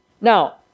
Now